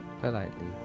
politely